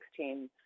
2016